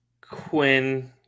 Quinn